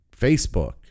Facebook